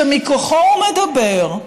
שמכוחו הוא מדבר,